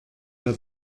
der